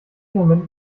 moment